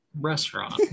Restaurant